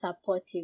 supportive